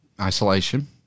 Isolation